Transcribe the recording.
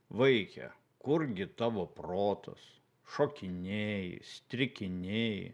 vaike kurgi tavo protas šokinėji strikinėji